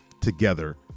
together